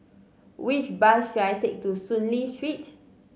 which bus should I take to Soon Lee Street